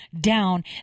down